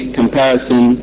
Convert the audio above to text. comparison